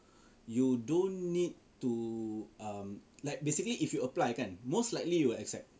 you don't need to um like basically if you apply kan most likely you will accept